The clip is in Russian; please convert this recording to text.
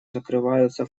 закрываются